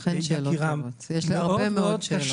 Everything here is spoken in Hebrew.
נכון, אכן שאלות טובות, יש פה הרבה מאוד שאלות.